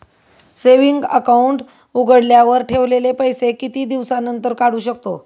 Saving account उघडल्यावर ठेवलेले पैसे किती दिवसानंतर काढू शकतो?